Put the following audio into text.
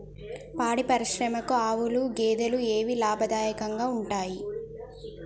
పాడి పరిశ్రమకు ఆవుల, గేదెల ఏవి లాభదాయకంగా ఉంటయ్?